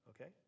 Okay